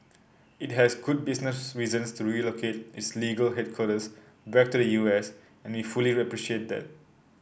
it has good business reasons to relocate its legal headquarters back to the U S and we fully appreciate that